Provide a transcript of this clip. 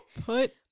Put